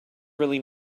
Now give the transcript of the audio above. really